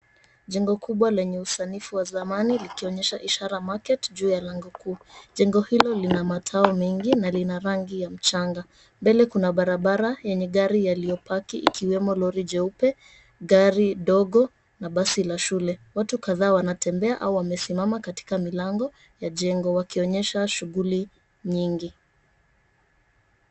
Jengo kubwa lenye usanifu wa zamani ukionyesha Ishara Market juu ya lango kuu. Jengo hilo lina matawi mengine na lina rangi ya mchanga. Mbele kuna barabara yenye gari yaliyopaki ikiwemo lori jeupe, gari ndogo, na basi la shule. Watu kadhaa wanatembea au wamesimama katika milango ya jengo wakionyesha shughuli nyingi.